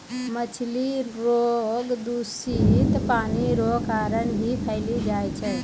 मछली रोग दूषित पानी रो कारण भी फैली जाय छै